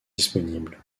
disponibles